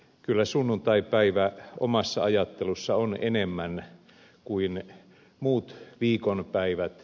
kyllä sunnuntaipäivä omassa ajattelussani on enemmän kuin muut viikonpäivät